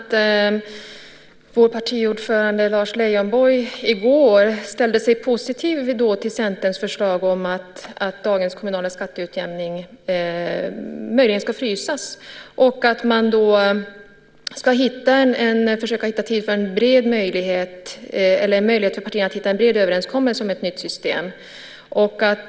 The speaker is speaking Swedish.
Herr talman! Jag kan meddela att vår partiordförande Lars Leijonborg i går ställde sig positiv till Centerns förslag att dagens kommunala skatteutjämning ska frysas och att man ska försöka hitta en möjlighet för partierna att nå en bred överenskommelse om ett nytt system.